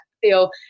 feel